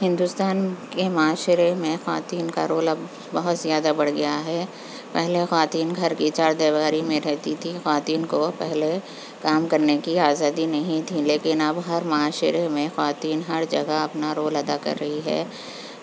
ہندوستان کے معاشرے میں خواتین کا رول اب بہت زیادہ بڑھ گیا ہے پہلے خواتین گھر کی چار دیواری میں رہتی تھیں خواتین کو پہلے کام کرنے کی آزادی نہیں تھی لیکن اب ہر معاشرے میں خواتین ہر جگہ اپنا رول ادا کر رہی ہے